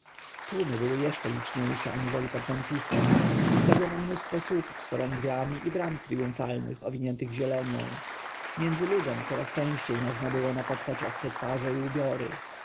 tłumy były jeszcze liczniejsze aniżeli pod memfisem ustawiono mnóstwo słupów z chorągwiami i bram triumfalnych owiniętych zielenią między ludem coraz częściej można było napotkać obce twarze i ubiory